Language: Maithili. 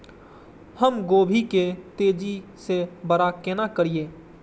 हम गोभी के तेजी से बड़ा केना करिए?